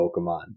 Pokemon